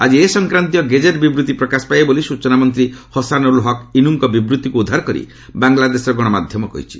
ଆଜି ଏ ସଂକ୍ରାନ୍ତୀୟ ଗେଜେଟ୍ ବିବୃଭି ପ୍ରକାଶ ପାଇବ ବୋଲି ସୂଚନା ମନ୍ତ୍ରୀ ହସାନୁଲ୍ ହକ୍ ଇନୁଙ୍କ ବିବୃଭିକୁ ଉଦ୍ଧାର କରି ବାଂଲାଦେଶର ଗଣମାଧ୍ୟମ କହିଛି